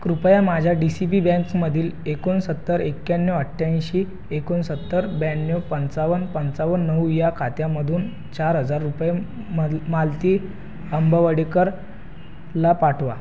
कृपया माझ्या D C B बँक्समधील एकोणसत्तर एक्याण्णव अठ्ठयाऐंशी एकोणसत्तर ब्याण्णव पंचावन्न पंचावन्न नऊ या खात्यामधून चार हजार रुपये म मधल मालती आंबवडेकर ला पाठवा